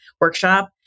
workshop